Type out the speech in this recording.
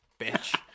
Bitch